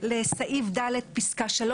לסעיף (ד) פסקה (3),